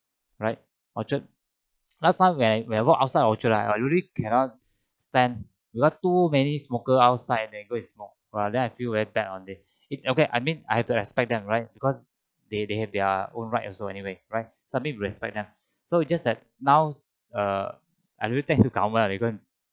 right orchard last time when I when I walk outside orchard lah I really cannot stand because too many smokers outside they go and smoke !wah! then I feel very bad on it it's okay I mean I have to respect them right because they they have their own right also anyway right some me we respect them so it just that now uh I really thank to government they go and